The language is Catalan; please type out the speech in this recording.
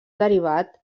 derivat